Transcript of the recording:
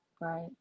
Right